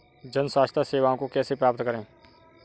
जन स्वास्थ्य सेवाओं को कैसे प्राप्त करें?